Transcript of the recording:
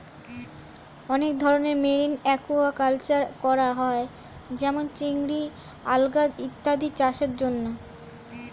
অনেক ধরনের marine aquaculture করা হয় যেমন চিংড়ি, আলগা ইত্যাদি চাষের জন্যে